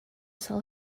sell